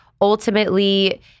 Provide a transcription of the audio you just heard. ultimately